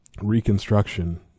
reconstruction